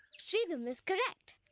sridham is correct.